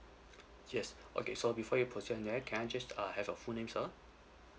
yes okay so before you proceed on that can I just uh have your full name sir